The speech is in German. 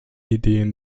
ideen